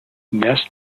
nests